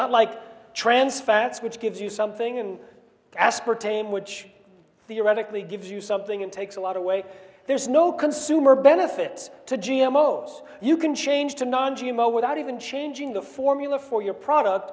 not like trans fats which gives you something in aspartame which theoretically gives you something and takes a lot away there's no consumer benefit to g m o's you can change to non g m o without even changing the formula for your product